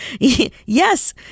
Yes